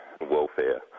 welfare